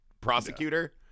prosecutor